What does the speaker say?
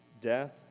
death